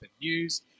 News